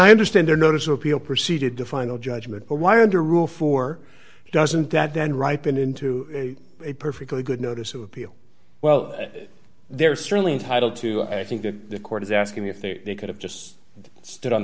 i understand there notice of appeal proceeded to final judgment or wired to rule for doesn't that then ripen into a perfectly good notice of appeal well they're certainly entitled to i think that the court is asking if they could have just stood on